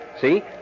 See